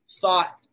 Thought